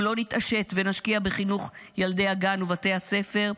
אם לא נתעשת ונשקיע בחינוך ילדי הגן ובתי הספר,